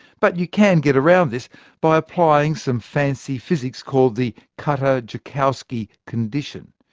but you can get around this by applying some fancy physics called the kutta-joukowski condition.